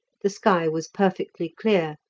the sky was perfectly clear,